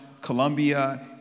Colombia